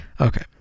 Okay